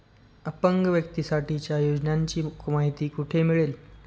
अपंग व्यक्तीसाठीच्या योजनांची माहिती कुठे मिळेल?